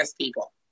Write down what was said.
people